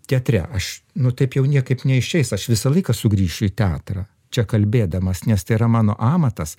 teatre aš nu taip jau niekaip neišeis aš visą laiką sugrįšiu į teatrą čia kalbėdamas nes tai yra mano amatas